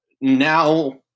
Now